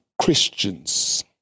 Christians